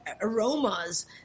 aromas